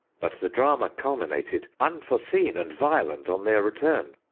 but the drama culminated unforeseen and violent on their re turn,